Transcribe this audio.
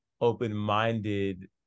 open-minded